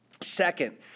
Second